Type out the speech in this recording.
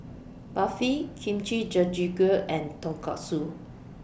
Barfi Kimchi Jjigae and Tonkatsu